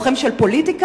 לוחם של פוליטיקה?